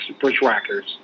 Bushwhackers